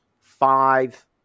five